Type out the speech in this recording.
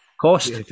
Cost